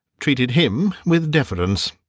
treated him with deference.